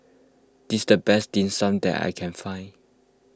this the best Dim Sum that I can find